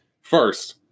First